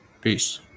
Peace